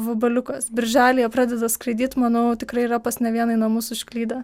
vabaliukas birželį jie pradeda skraidyt manau tikrai yra pas ne vieną į namus užklydę